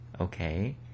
okay